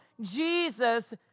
Jesus